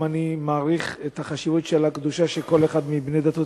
אני מעריך את החשיבות של הקדושה שבני הדתות